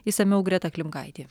išsamiau greta klimkaitė